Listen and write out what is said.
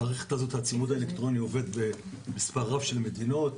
המערכת של הצימוד האלקטרוני עובדת במספר רב של מדינות,